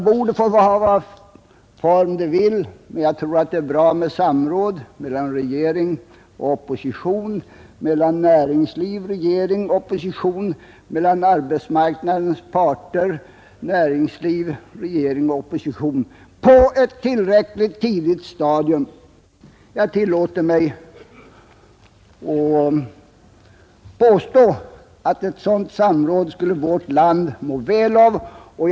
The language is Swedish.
Bordet får vara av vilken form som helst, men jag tror det är bra med samråd på ett tidigt stadium mellan regering och opposition, mellan näringsliv, regering och opposition, mellan arbetsmarknadens parter, näringsliv, regering och opposition. Jag tillåter mig att påstå att vårt land skulle må väl av ett sådant samråd.